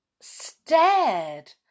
stared